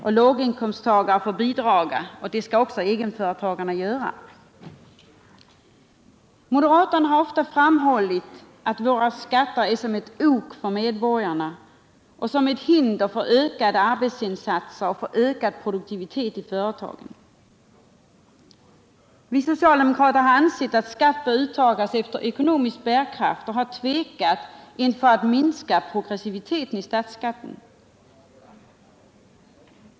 Även låginkomsttagare får bidra, och det skall också egenföretagarna göra. Moderaterna har ofta framhållit att våra skatter är som ett ok för medborgarna och ett hinder för ökade arbetsinsatser och ökad produktivitet i företagen. Vi socialdemokrater har ansett att skatt bör uttas efter ekonomisk bärkraft och har tvekat inför att minska progressiviteten i statsskatten.